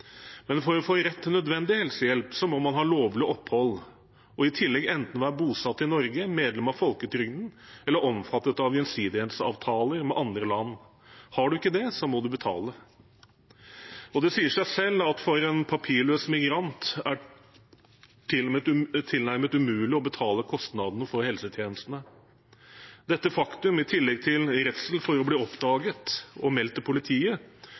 men for å få rett til nødvendig helsehjelp må man ha lovlig opphold og i tillegg enten være bosatt i Norge, medlem av folketrygden eller omfattet av gjensidighetsavtaler med andre land. Er man ikke det, må man betale. Det sier seg selv at for en papirløs migrant er det tilnærmet umulig å betale kostnadene for helsetjenestene. Dette faktum, i tillegg til redsel for å bli oppdaget og meldt til politiet,